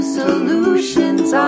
solutions